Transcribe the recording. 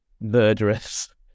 murderous